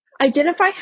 identify